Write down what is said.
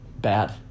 Bad